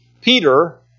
Peter